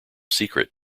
secret